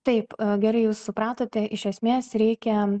taip gerai jūs supratote iš esmės reikia